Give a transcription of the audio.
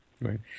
Right